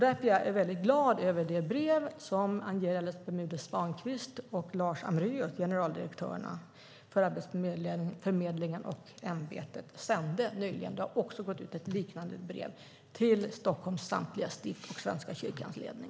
Därför är jag glad över det brev som Angeles Bermudez-Svankvist och Lars Amréus, generaldirektörerna för Arbetsförmedlingen och Riksantikvarieämbetet, sände ut nyligen. Det har också gått ett liknande brev till samtliga stift och ledningen i Svenska kyrkan.